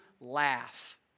laugh